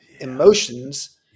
emotions